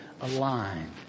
aligned